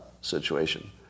situation